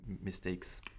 mistakes